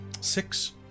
six